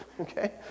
okay